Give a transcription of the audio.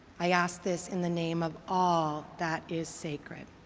i ask this in the name of all that is sacred.